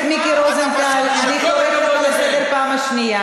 מיקי רוזנטל, אני קוראת אותך לסדר פעם ראשונה.